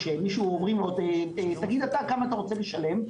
כשאומרים למישהו: תגיד אתה כמה אתה רוצה לשלם?